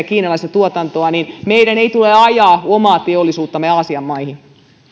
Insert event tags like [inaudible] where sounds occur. [unintelligible] kiinalaista tuotantoa niin meidän ei tule ajaa omaa teollisuuttamme aasian maihin